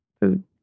food